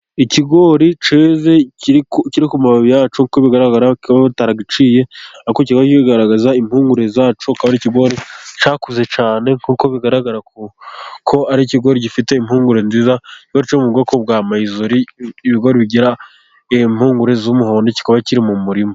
Ikigori keze kiri ku mababi yacyo kuko bigaragara bataciye kikaba kigaragaza impungure zacyo, kuko iki cyakuze cyane nk' ibigaragara ko ari ikigori gifite impugure nziza cyane mu bwoko bwa mayizori ibigori bigira impugure z'umuhondo kikaba kiri mu murima.